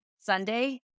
Sunday